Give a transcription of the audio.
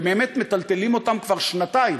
באמת מטלטלים אותם כבר שנתיים.